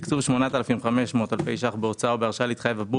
תקצוב 8,500 אלפי ₪ בהוצאה ובהרשאה להתחייב עבור